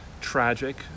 tragic